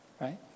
right